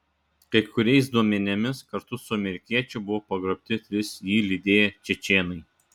kai kuriais duomenimis kartu su amerikiečiu buvo pagrobti trys jį lydėję čečėnai